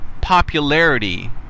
popularity